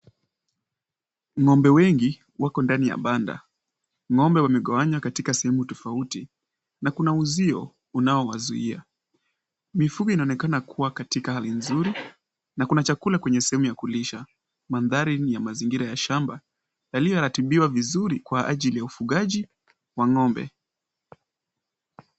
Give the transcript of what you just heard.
Ng'ombe wengi wako ndani ya banda. Ng'ombe wamegawanywa katika sehemu tofauti, na kuna uzio unaowazuiya. Mifugo inaonekana kuwa katika hali nzuri, na kuna chakula kwenye sehemu ya kulisha. Mandhari ni ya mazingira ya shamba yaliyo ratibiwa vizuri, kwa ajili ya ufugaji wa ng'ombe.